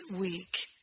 week